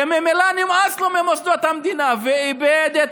שממילא נמאס לו ממוסדות המדינה ואיבד את